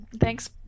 Thanks